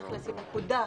צריך לשים נקודה,